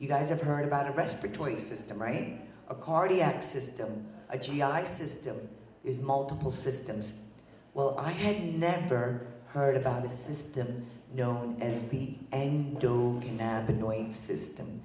you guys have heard about a respiratory system rain a cardiac system a g i system is multiple systems well i had never heard about the system known as the do to nab annoying system